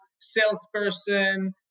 salesperson